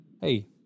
Hey